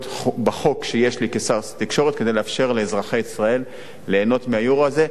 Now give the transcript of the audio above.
בחוק שיש לי כשר התקשורת כדי לאפשר לאזרחי ישראל ליהנות מה"יורו" הזה,